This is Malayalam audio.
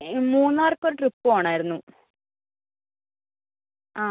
മൂന്നാർക്ക് ഒരു ട്രിപ്പ് പോവണമായിരുന്നു ആ